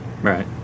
Right